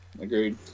agreed